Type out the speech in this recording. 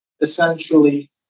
essentially